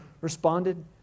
responded